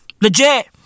Legit